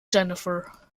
jennifer